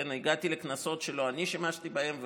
הגעתי לכנסות שלא אני שימשתי בהן,